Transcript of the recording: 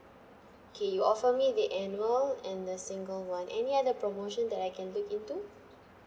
okay you offer me the annual and the single one any other promotion that I can look into